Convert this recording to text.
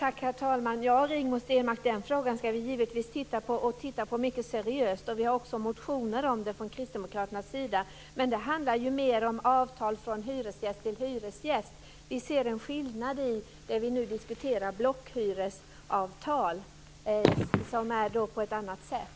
Herr talman! Ja, Rigmor Stenmark, den frågan ska vi givetvis titta mycket seriöst på. Vi har också motioner om detta från Kristdemokraternas sida. Men det handlar mer om avtal från hyresgäst till hyresgäst. Vi ser en skillnad mellan detta och det vi nu diskuterar, blockhyresavtal, som är på ett annat sätt.